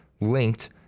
linked